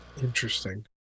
Interesting